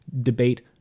debate